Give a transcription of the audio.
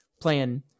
playing